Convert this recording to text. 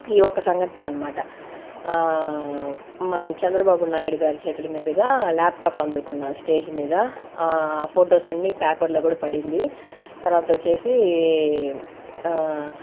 ఈ యొక్క సంఘటనే అనమాట మన చంద్రబాబు నాయుడు గారి చేతుల మీదుగా లాప్టాప్ అందుకున్నాను స్టేజ్ మీద ఫొటోస్ అన్ని పేపర్లో కూడా పడింది తర్వాత వచ్చేసి